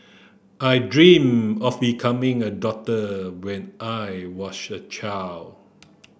I dream of becoming a doctor when I was a child